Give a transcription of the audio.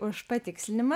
už patikslinimą